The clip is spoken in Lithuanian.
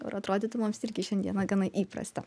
ir atrodytų mums irgi šiandieną gana įprasta